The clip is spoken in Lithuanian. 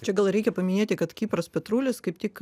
čia gal reikia paminėti kad kipras petrulis kaip tik